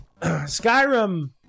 Skyrim